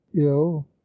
ill